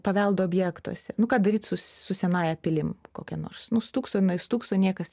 paveldo objektuose nu ką daryt su su senąja pilim kokia nors nu stūkso jinai stūkso niekas